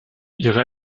ihre